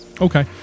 okay